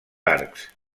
arcs